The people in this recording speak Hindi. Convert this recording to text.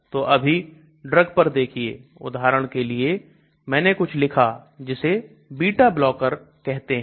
तो अभी ड्रग पर देखिए उदाहरण के लिए मैंने कुछ लिखा जिसे beta blocker कहते हैं